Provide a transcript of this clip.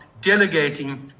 delegating